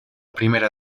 primera